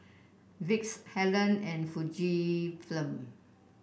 Vicks Helen and Fujifilm